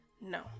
No